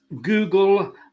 google